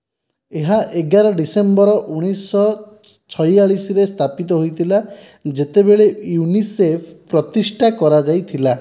ଏହା ଏଗାର ଡିସେମ୍ବର ଉଣେଇଶହ ଛୟାଳିଶରେ ସ୍ଥାପିତ ହୋଇଥିଲା ଯେତେବେଳେ ୟୁନିସେଫ୍ ପ୍ରତିଷ୍ଠା କରାଯାଇଥିଲା